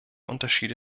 unterschiede